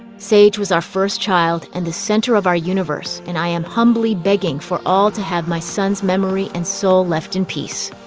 sage was our first child and the center of our universe and i am humbly begging for all to have my son's memory and soul left in peace.